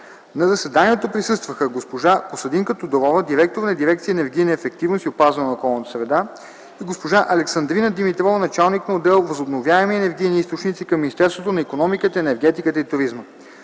На заседанието присъстваха госпожа Костадинка Тодорова – директор на дирекция „Енергийна ефективност и опазване на околната среда”, и госпожа Александрина Димитрова – началник на отдел „Възобновяеми енергийни източници” към Министерството на икономиката, енергетиката и туризма.